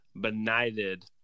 Benighted